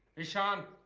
ishaan.